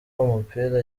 umupira